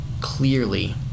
clearly